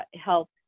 help